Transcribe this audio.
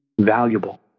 valuable